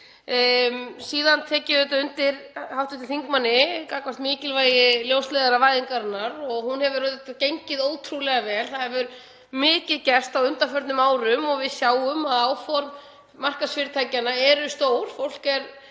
Síðan tek ég undir með hv. þingmanni um mikilvægi ljósleiðaravæðingarinnar. Hún hefur gengið ótrúlega vel. Það hefur mikið gerst á undanförnum árum og við sjáum að áform markaðsfyrirtækjanna eru stór, þau eru